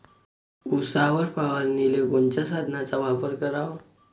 उसावर फवारनीले कोनच्या साधनाचा वापर कराव?